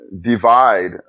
divide